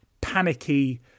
panicky